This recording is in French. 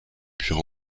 puis